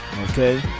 Okay